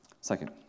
Second